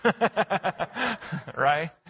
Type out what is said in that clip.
right